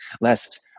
lest